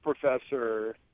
professor